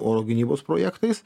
oro gynybos projektais